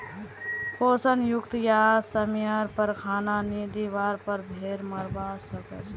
पोषण युक्त या समयर पर खाना नी दिवार पर भेड़ मोरवा सकछे